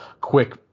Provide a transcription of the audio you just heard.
quick